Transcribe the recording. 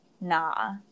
nah